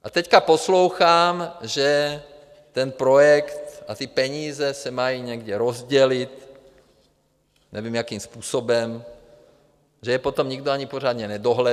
A teď poslouchám, že ten projekt a ty peníze se mají někde rozdělit, nevím, jakým způsobem, že je potom nikdo ani pořádně nedohledá.